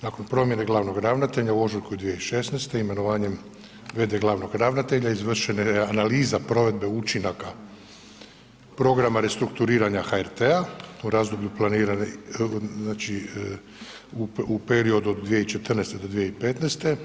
Nakon promjene glavnog ravnatelja u ožujku 2016. imenovanjem v.d. glavnog ravnatelja izvršena je analiza provedbe učinaka programa restrukturiranja HRT-a u razdoblju planirani, znači u periodu od 2014. do 2015.